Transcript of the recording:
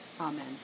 Amen